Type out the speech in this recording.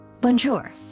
Bonjour